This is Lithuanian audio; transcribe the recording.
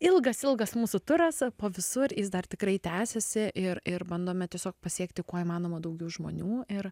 ilgas ilgas mūsų turas po visur jis dar tikrai tęsiasi ir ir bandome tiesiog pasiekti kuo įmanoma daugiau žmonių ir